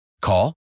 Call